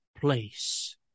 place